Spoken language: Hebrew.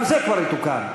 גם זה כבר יתוקן,